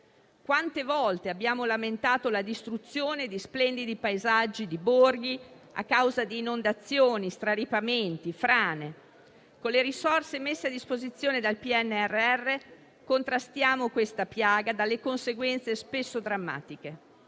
Quante volte abbiamo lamentato la distruzione di splendidi paesaggi e borghi a causa di inondazioni, straripamenti, frane? Con le risorse messe a disposizione dal PNRR contrastiamo questa piaga dalle conseguenze spesso drammatiche.